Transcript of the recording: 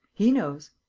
he knows.